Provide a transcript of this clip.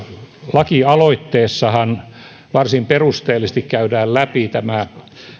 lakialoitteessahan varsin perusteellisesti käydään läpi tämä